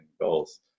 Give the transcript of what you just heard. goals